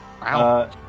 Wow